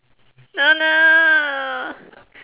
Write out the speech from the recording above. no no